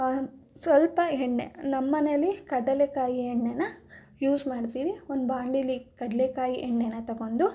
ಸ್ವಲ್ಪ ಎಣ್ಣೆ ನಮ್ಮ ಮನೇಲಿ ಕಡಲೆಕಾಯಿ ಎಣ್ಣೆನ ಯೂಸ್ ಮಾಡ್ತೀವಿ ಒಂದು ಬಾಂಡೀಲಿ ಕಡಲೇಕಾಯಿ ಎಣ್ಣೆನ ತಕೊಂಡು